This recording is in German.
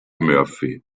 murphy